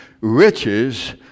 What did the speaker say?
riches